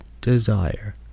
desire